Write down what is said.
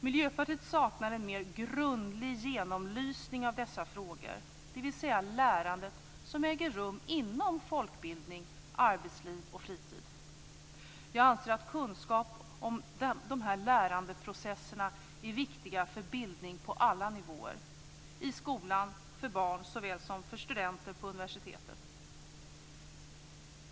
Miljöpartiet saknar en mer grundlig genomlysning av dessa frågor, dvs. lärandet som äger rum inom folkbildning, arbetsliv och fritid. Vi anser att kunskaper om dessa lärandeprocesser är viktiga för bildning på alla nivåer, för barn i skolan såväl som för studenter på universitetet.